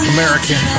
American